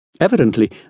Evidently